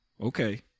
Okay